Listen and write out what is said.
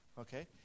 Okay